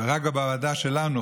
רק בוועדה שלנו,